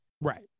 Right